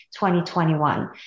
2021